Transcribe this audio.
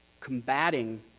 combating